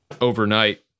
overnight